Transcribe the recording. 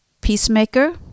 Peacemaker